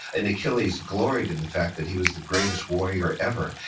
and achilles gloried in the fact that he was the greatest warrior ever.